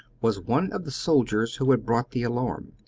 was one of the soldiers who had brought the alarm.